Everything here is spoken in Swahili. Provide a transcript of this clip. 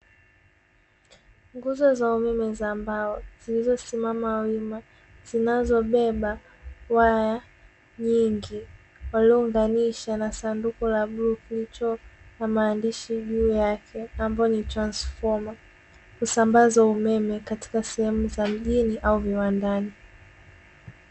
Nguzo za umeme za mbao, zilizo simama wima zinazobeba waya nyingi, waliyounganisha na sanduku la bluu kilicho na maandishi juu yake ambayo ni "transformer" husambaza umeme katika sehemu za mjini au viwandani.